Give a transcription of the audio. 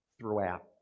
throughout